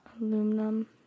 Aluminum